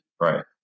Right